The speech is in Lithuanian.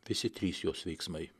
visi trys jos veiksmai